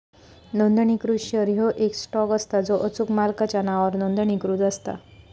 नोंदणीकृत शेअर ह्यो येक स्टॉक असता जो अचूक मालकाच्या नावावर नोंदणीकृत असता